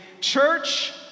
Church